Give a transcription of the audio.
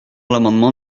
l’amendement